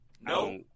No